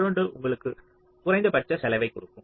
மற்றொன்று உங்களுக்கு குறைந்தபட்ச செலவைக் கொடுக்கும்